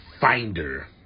finder